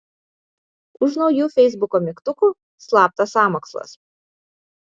už naujų feisbuko mygtukų slaptas sąmokslas